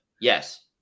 yes